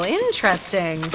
interesting